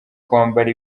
kwambara